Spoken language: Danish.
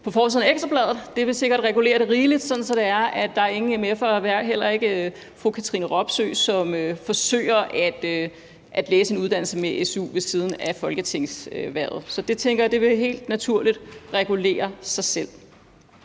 på forsiden af Ekstra Bladet. Det vil sikkert regulere det rimeligt, sådan at ingen mf'er, heller ikke fru Katrine Robsøe, forsøger at tage en uddannelse med su ved siden af folketingshvervet. Så det tænker jeg helt naturligt vil regulere sig selv.